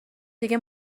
دیگه